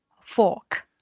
fork